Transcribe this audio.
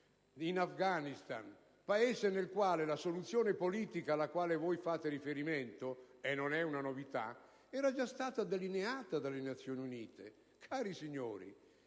in Afghanistan, Paese nel quale la soluzione politica alla quale fate riferimento - e non è una novità - era già stata delineata dalle Nazioni Unite. Cari signori,